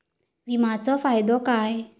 विमाचो फायदो काय?